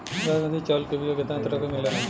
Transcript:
बासमती चावल के बीया केतना तरह के मिलेला?